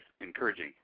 encouraging